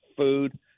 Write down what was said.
food